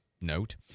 note